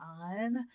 on